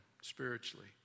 spiritually